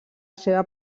seva